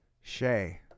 Shay